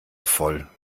voll